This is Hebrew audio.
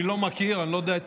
אני לא מכיר ואני לא יודע את